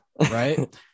right